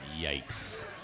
Yikes